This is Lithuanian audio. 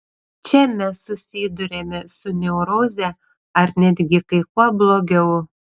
čia mes susiduriame su neuroze ar netgi kai kuo blogiau